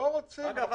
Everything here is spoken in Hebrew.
אגב,